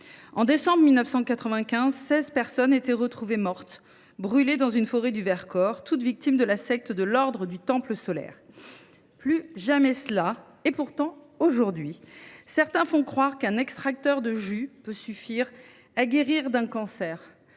En décembre 1995, seize personnes étaient retrouvées mortes, brûlées dans une forêt du Vercors, toutes victimes de la secte de l’Ordre du temple solaire. Plus jamais cela… Pourtant, aujourd’hui, certains font croire qu’un extracteur de jus peut suffire à guérir d’un cancer